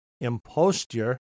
imposture